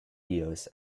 eos